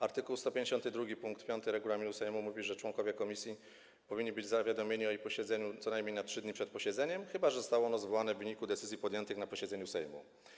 Art. 152 pkt 5 regulaminu Sejmu stanowi, że członkowie komisji powinni być zawiadomieni o posiedzeniu komisji co najmniej na 3 dni przed posiedzeniem, chyba że zostało ono zwołane w wyniku decyzji podjętych na posiedzeniu Sejmu.